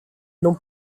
non